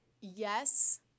Yes